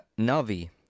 Navi